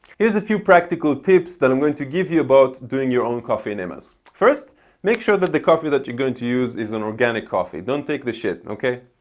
here's a few practical tips that i'm going to give you about doing your own coffee enemas. first make sure that the coffee that you're going to use is an organic coffee. don't take the shit, okay?